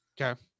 Okay